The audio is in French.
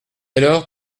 alors